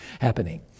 happening